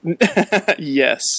Yes